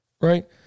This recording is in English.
right